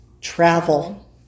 travel